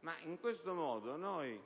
Ma in questo modo noi